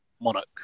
monarch